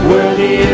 Worthy